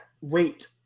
wait